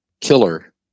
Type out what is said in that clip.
killer